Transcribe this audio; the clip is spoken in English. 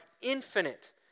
infinite